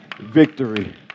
Victory